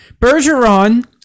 Bergeron